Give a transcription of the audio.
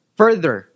further